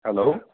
hello